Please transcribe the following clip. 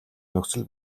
нөхцөл